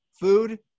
food